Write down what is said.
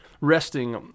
resting